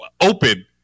open